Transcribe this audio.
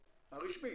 הרשמית,